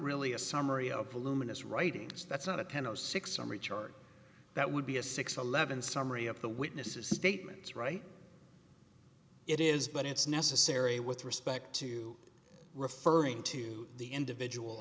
really a summary of pollution it's writings that's not a ten o six summary chart that would be a six eleven summary of the witnesses statements right it is but it's necessary with respect to referring to the individual